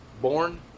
born